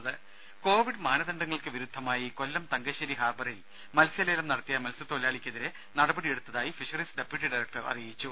ദേഴ കോവിഡ് മാനദണ്ഡങ്ങൾക്ക് വിരുദ്ധമായി കൊല്ലം തങ്കശ്ശേരി ഹാർബറിൽ മത്സ്യ ലേലം നടത്തിയ മത്സ്യത്തൊഴിലാളിക്കെതിരെ നടപടിയെടുത്തതായി ഫിഷറീസ് ഡെപ്യൂട്ടി ഡയറക്ടർ അറിയിച്ചു